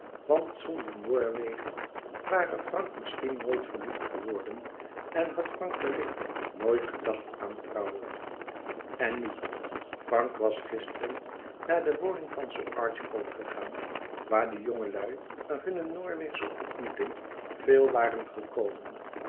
want zonder noorwegen ware frank misschien nooit verliefd geworden en had frank wellicht nooit gedacht aan trouwen en nu frank was gisteren naar de woning van sir archibald gegaan waar de jongelui na hunne noorweegsche ontmoeting veel waren gekomen